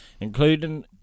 including